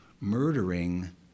murdering